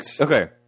Okay